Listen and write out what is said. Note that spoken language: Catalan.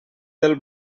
del